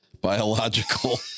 biological